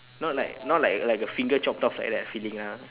not like not like like a finger chopped off like that feeling ah